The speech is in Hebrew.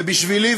ובשבילי,